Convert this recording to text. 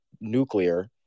nuclear